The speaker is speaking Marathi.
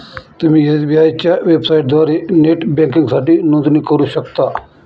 तुम्ही एस.बी.आय च्या वेबसाइटद्वारे नेट बँकिंगसाठी नोंदणी करू शकता